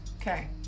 Okay